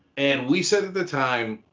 and we said at the time,